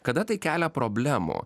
kada tai kelia problemų